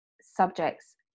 subjects